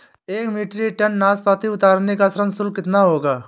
एक metric ton नाशपाती उतारने का श्रम शुल्क कितना होगा?